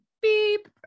beep